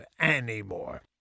anymore